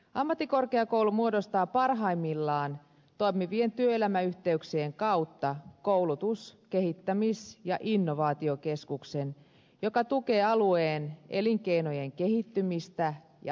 ammattikorkeakoulu muodostaa parhaimmillaan toimivien työelämäyhteyksien kautta koulutus kehittämis ja innovaatiokeskuksen joka tukee alueen elinkeinojen kehittymistä ja hyvinvointia